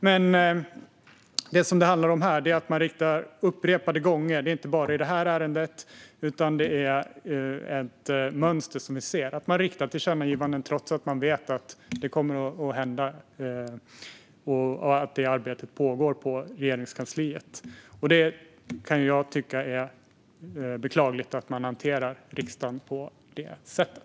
Vad det handlar om här är dock att man upprepade gånger - det är inte bara i det här ärendet, utan detta är ett mönster vi ser - riktar tillkännagivanden trots att man vet att saker kommer att hända och att arbetet pågår på Regeringskansliet. Jag kan tycka att det är beklagligt att man hanterar riksdagen på det sättet.